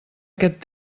aquest